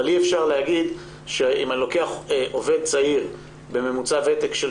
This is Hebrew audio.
אבל אי-אפשר להגיד שאם אני לוקח עובד צעיר בממוצע ותק של